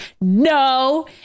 No